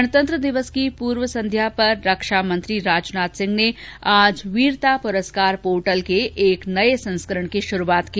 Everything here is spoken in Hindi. गणतंत्र दिवस की पूर्व संध्या पर रक्षा मंत्री राजनाथ सिंह ने आज वीरता पुरस्कार पोर्टल के एक नए संस्करण की शुरूआत की